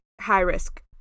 high-risk